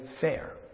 Fair